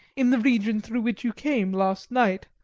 in the region through which you came last night,